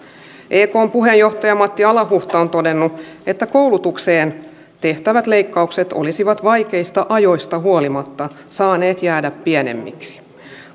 ekn puheenjohtaja matti alahuhta on todennut että koulutukseen tehtävät leikkaukset olisivat vaikeista ajoista huolimatta saaneet jäädä pienemmiksi